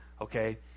okay